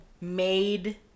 made